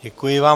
Děkuji vám.